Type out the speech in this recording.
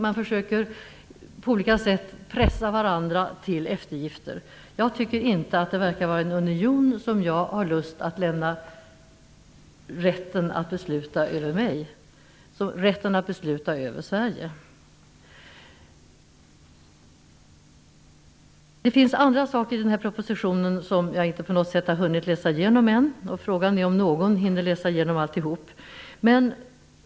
Man försöker på olika sätt pressa varandra till eftergifter. Jag tycker inte att det verkar vara en union till vilken jag har lust att överlämna rätten att besluta över mig, rätten att besluta över Sverige. Det finns också andra saker i denna proposition. Jag har inte på något sätt hunnit läsa igenom den än. Frågan är om någon hinner läsa igenom alltihop.